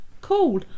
cool